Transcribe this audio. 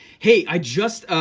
hey, i just,